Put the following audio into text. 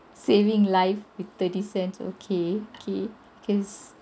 saving life with thirty cents okay okay cause